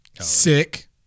sick